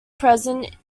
present